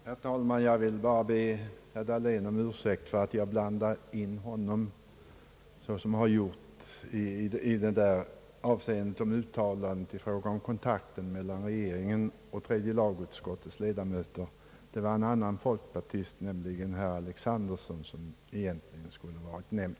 Herr talman! Jag vill bara be herr Dahlén om ursäkt för att jag blandat in honom beträffande uttalandet om kontakten mellan regeringen och tredje lagutskottets ledamöter. Det var en annan folkpartist, nämligen herr Alexanderson, som egentligen skulle ha varit nämnd.